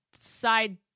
side